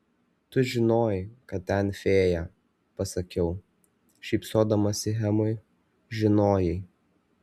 tu žinojai kad ten fėja pasakiau šypsodamasi hemui žinojai